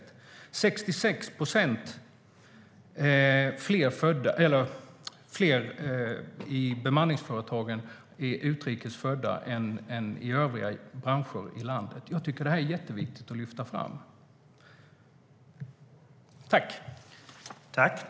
Det är 66 procent fler utrikes födda i bemanningsföretagen än i övriga branscher i landet. Jag tycker att det är jätteviktigt att lyfta fram det.